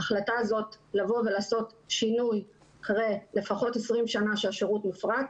ההחלטה לבוא ולעשות שינוי אחרי לפחות 20 שנים שהשירות הופרט,